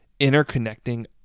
interconnecting